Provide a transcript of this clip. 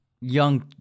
young